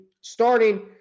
starting